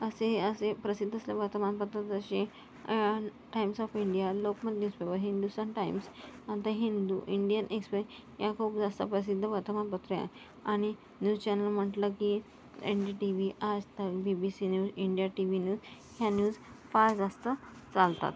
असे असे प्रसिद्ध असले वर्तमानपत्र जसे Times of India Lokmat newspaper Hindustan Times the Hindu Indian Express ह्या खूप जास्त प्रसिद्ध वर्तमानपत्रे आहे आणि न्यूज चॅनल म्हटलं की N D T V Aaj Tak B B C news India T V news ह्या न्यूज फार जास्त चालतात